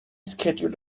schedule